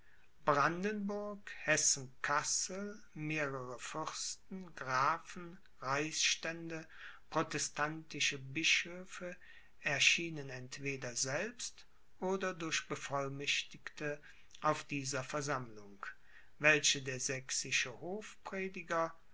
hessen kassel mehrere fürsten grafen reichsstände protestantische bischöfe erschienen entweder selbst oder durch bevollmächtigte auf dieser versammlung welche der sächsische